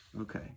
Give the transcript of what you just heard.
Okay